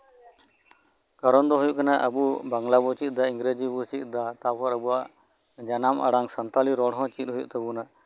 ᱠᱟᱨᱚᱱ ᱫᱚ ᱦᱩᱭᱩᱜ ᱠᱟᱱᱟ ᱟᱵᱚ ᱵᱟᱝᱞᱟ ᱵᱚ ᱪᱮᱫ ᱫᱟ ᱤᱝᱨᱮᱡᱤ ᱵᱚ ᱪᱮᱫ ᱮᱫᱟ ᱛᱟᱨᱯᱚᱨ ᱟᱵᱚᱣᱟᱜ ᱡᱟᱱᱟᱢ ᱟᱲᱟᱝ ᱥᱟᱱᱛᱟᱞᱤ ᱨᱚᱲ ᱦᱚᱸ ᱪᱮᱫ ᱦᱩᱭᱩᱜ ᱛᱟᱵᱚᱱᱟ